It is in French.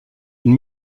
une